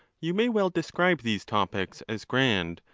you may well describe these topics as grand,